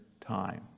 time